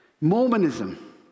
Mormonism